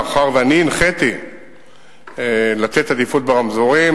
מאחר שאני הנחיתי לתת עדיפות ברמזורים.